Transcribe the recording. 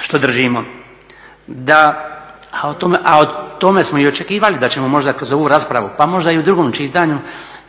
što držimo da, a o tome smo i očekivali da ćemo možda kroz ovu raspravu pa možda i u drugom čitanju